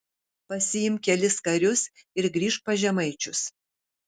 pasiimk kelis karius ir grįžk pas žemaičius